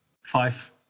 Five